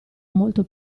molto